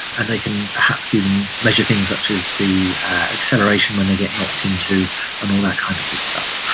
and they can perhaps even measure things such as the acceleration when they get knocked into and all that kind of good stuff.